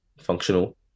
functional